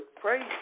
praise